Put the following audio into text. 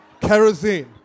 kerosene